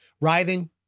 writhing